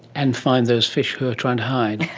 and find those fish who are trying to hide.